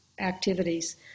activities